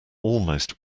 almost